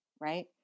right